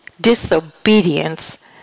disobedience